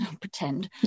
pretend